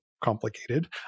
complicated